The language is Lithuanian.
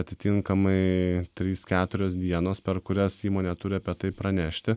atitinkamai trys keturios dienos per kurias įmonė turi apie tai pranešti